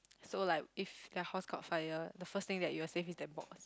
so like if your house caught fire the first thing that you will save is that box